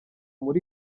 muri